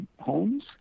homes